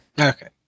Okay